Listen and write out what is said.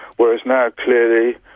whereas now, clearly,